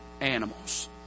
animals